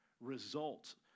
results